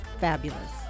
fabulous